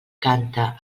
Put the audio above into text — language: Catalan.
canta